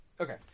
Okay